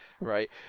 right